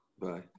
Bye